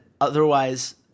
otherwise